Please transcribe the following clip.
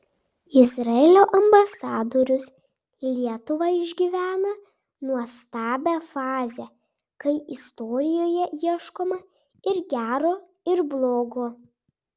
izraelio ambasadorius lietuva išgyvena nuostabią fazę kai istorijoje ieškoma ir gero ir blogo